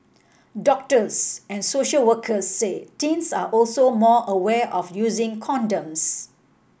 doctors and social workers say teens are also more aware of using condoms